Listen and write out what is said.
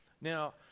Now